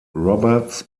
roberts